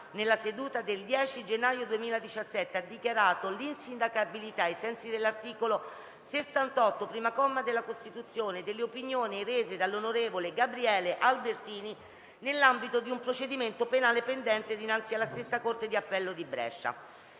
nella seduta del 10 gennaio 2017, ha dichiarato l'insindacabilità, ai sensi dell'articolo 68, primo comma, della Costituzione, delle opinioni rese dall'onorevole Gabriele Albertini nell'ambito di un procedimento penale pendente dinanzi alla stessa corte di appello di Brescia.